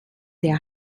der